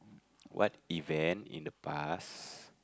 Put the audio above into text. what event in the past